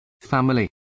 family